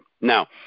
Now